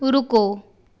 रुको